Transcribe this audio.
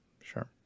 sure